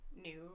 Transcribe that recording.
new